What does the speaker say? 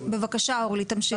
בבקשה, אורלי, תמשיכי.